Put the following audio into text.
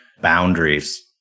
boundaries